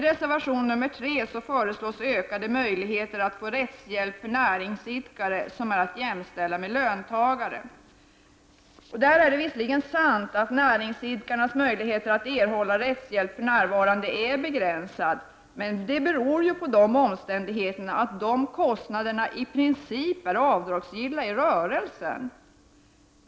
I reservation 3 föreslås ökade möjligheter att få rättshjälp för näringsidkare som är att jämställa med löntagare. Det är visserligen sant att näringsidkarnas möjlighet att erhålla rättshjälp för närvarande är begränsad, men det beror ju på att kostnaderna i princip är avdragsgilla i rörelsen.